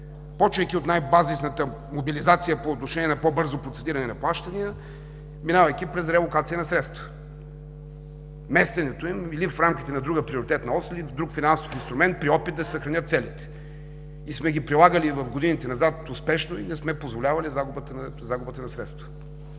започвайки от най-базисната мобилизация по отношение на по-бързо процедиране на плащания, минавайки през релокация на средства, местенето им или в рамките на друга приоритетна ос или в друг финансов инструмент при опит да се съхранят целите. Прилагали сме ги в годините назад успешно и не сме позволявали загубата на средства.